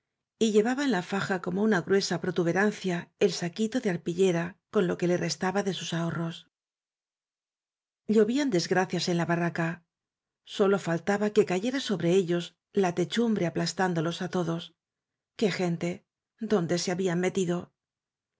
y llevaba en la faja como una gruesa protuberancia el saquito de arpillera con lo que le restaba de sus ahorros llovían desgracias en la barraca sólo fal taba que cayera sobre ellos la techumbre aplas tándolos á todos qué gente dónde se había metido